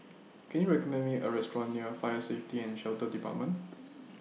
Can YOU recommend Me A Restaurant near Fire Safety and Shelter department